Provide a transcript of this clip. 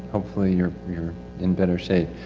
hopefully you're, you're in better shape.